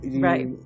Right